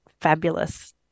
fabulous